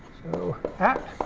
so at